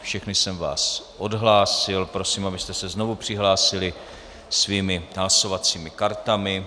Všechny jsem vás odhlásil, prosím, abyste se znovu přihlásili svými hlasovacími kartami.